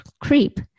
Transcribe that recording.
creep